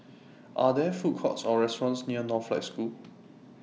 Are There Food Courts Or restaurants near Northlight School